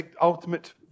ultimate